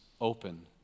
open